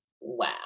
wow